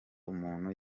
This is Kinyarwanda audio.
umuntu